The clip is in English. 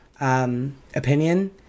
opinion